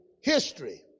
history